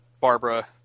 Barbara